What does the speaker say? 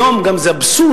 היום גם זה אבסורד,